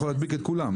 כאמור.